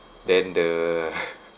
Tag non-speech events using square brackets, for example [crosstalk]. then the [laughs]